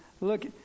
Look